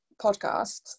podcasts